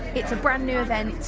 it's a brand-new event,